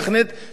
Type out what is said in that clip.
כבוד השר,